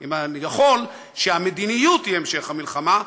אם אני יכול, שהמדיניות היא המשך המלחמה.